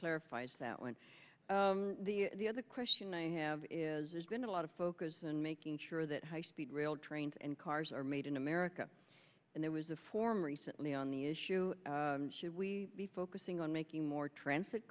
clarifies that went the other question i have is there's been a lot of focus and making sure that high speed rail trains and cars are made in america and there was a form recently on the issue should we be focusing on making more transit